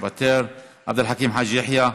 מוותר, עבד אל חכים חאג' יחיא,